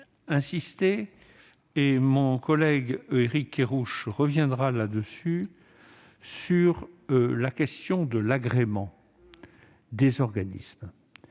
J'insisterai, et mon collègue Éric Kerrouche y reviendra également, sur la question de l'agrément des organismes.